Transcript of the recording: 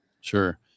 Sure